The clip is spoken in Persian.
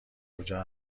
کجا